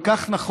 כל כך נכון,